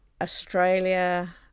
Australia